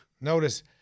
notice